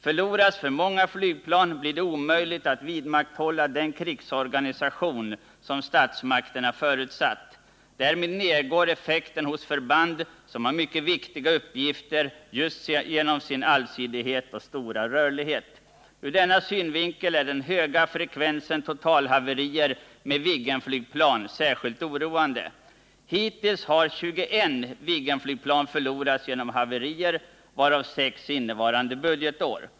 Förloras för många flygplan, blir det omöjligt att vidmakthålla den krigsorganisation som statsmakterna förutsatt. Därmed nedgår effekten hos förband som har mycket viktiga uppgifter just genom sin allsidighet och stora rörlighet. Ur denna synvinkel är den höga frekvensen totalhaverier med Viggenflygplan särskilt oroande. Hittills har 21 Viggenflygplan förlorats genom haverier, varav 6 innevarande budgetår.